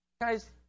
Guys